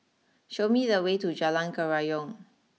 show me the way to Jalan Kerayong